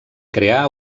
crear